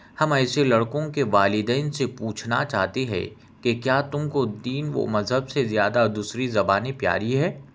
ہم ایسے لڑکوں کے والدین سے پوچھنا چاہتے ہیں کہ کیا تم کو دین و مذہب سے زیادہ دوسری زبانیں پیاری ہے